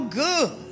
good